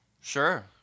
Sure